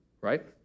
right